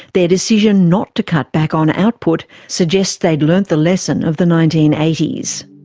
their decision not to cut back on output suggests they'd learnt the lesson of the nineteen eighty s.